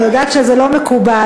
אני יודעת שזה לא מקובל,